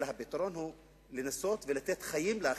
אלא לנסות ולתת חיים לאחר,